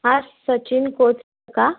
हां सचिन कोच का